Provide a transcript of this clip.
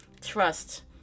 trust